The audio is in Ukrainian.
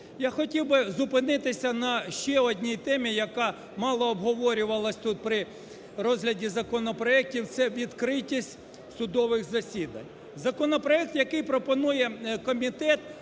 Я хотів би зупинитися на ще одній темі, яка мало обговорювалась тут при розгляді законопроектів, – це відкритість судових засідань. Законопроект, який пропонує комітет,